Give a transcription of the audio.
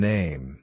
Name